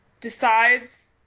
decides